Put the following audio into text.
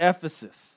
Ephesus